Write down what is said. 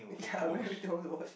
ya already tell me watch